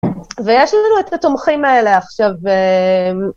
ויש לנו את התומכים האלה עכשיו.